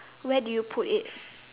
where do you put it